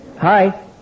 Hi